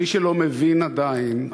מי שלא מבין עדיין,